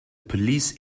police